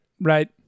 Right